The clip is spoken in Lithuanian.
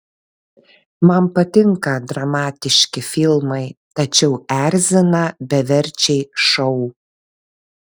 man patinka dramatiški filmai tačiau erzina beverčiai šou